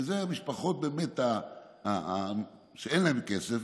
שזה למשפחות שבאמת אין להן כסף.